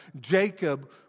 Jacob